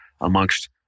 amongst